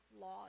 laws